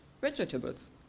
vegetables